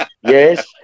yes